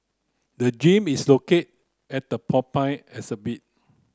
the gym is located at the Porcupine exhibit